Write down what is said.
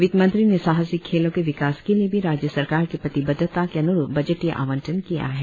वित्तमंत्री ने साहसिक खेलों के विकास के लिए भी राज्य सरकार के प्रतिबद्धता के अन्रुप बजटीय आवंटन किया है